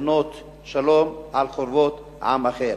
לבנות שלום על חורבות עם אחר,